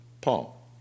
Paul